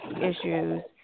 issues